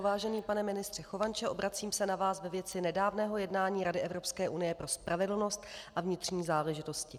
Vážený pane ministře Chovanče, obracím se na vás ve věci nedávného jednání Rady Evropské unie pro spravedlnost a vnitřní záležitosti.